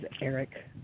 Eric